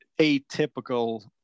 atypical